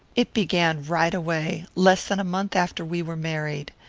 it began right away, less than a month after we were married.